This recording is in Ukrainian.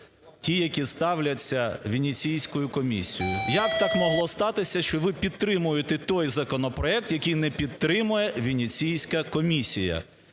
тим, які ставляться Венеційською комісією. Як так могло статися, що ви підтримуєте той законопроект, який не підтримує Венеційська комісія?